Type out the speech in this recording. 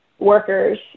workers